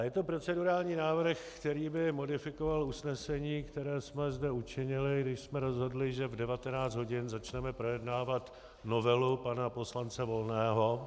Je to procedurální návrh, který by modifikoval usnesení, které jsme zde učinili, když jsme rozhodli, že v 19 hodin začneme projednávat novelu pana poslance Volného.